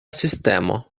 sistemo